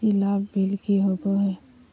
ई लाभ बिल की होबो हैं?